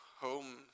home